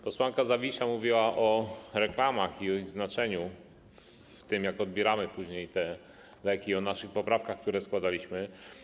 Posłanka Zawisza mówiła o reklamach i o ich znaczeniu, o tym, jak odbieramy później te leki, i o naszych poprawkach, które składaliśmy.